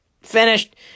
Finished